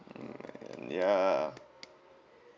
mm ya